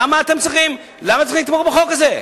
למה אתם צריכים להתנגד לחוק הזה?